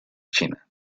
china